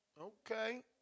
Okay